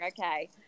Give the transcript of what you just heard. Okay